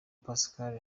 pascal